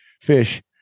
fish